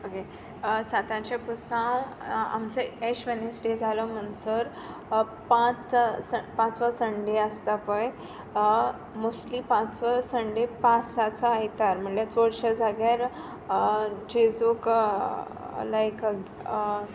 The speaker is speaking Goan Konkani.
ओके साताचें पुरासांव आमचो एश वेनसडे जालो म्होणसोर पांच सन पांचवो संडे आसता पळय मोस्ट्ली पांचवो संडे पासाचो आयतार म्हणल्यार चडशा जाग्यार जेजूक लायक